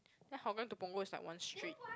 then Hougang to Punggol is like one street